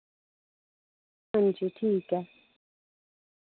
हां जी ठीक ऐ